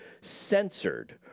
censored